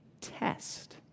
test